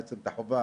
בעצם את החובה,